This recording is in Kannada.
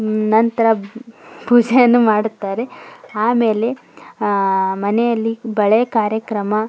ನಂತರ ಪೂಜೆಯನ್ನು ಮಾಡುತ್ತಾರೆ ಆಮೇಲೆ ಮನೆಯಲ್ಲಿ ಬಳೆ ಕಾರ್ಯಕ್ರಮ